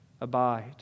abide